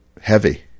heavy